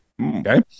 Okay